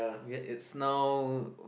ya it's no